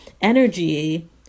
energy